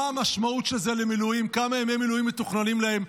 מה המשמעות של זה למילואים; כמה ימי מילואים מתוכננים להם.